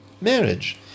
marriage